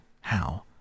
How